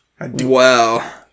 Wow